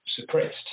suppressed